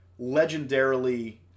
legendarily